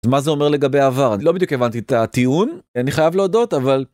מה זה אומר לגבי העבר לא בדיוק הבנתי את הטיעון, אני חייב להודות, אבל.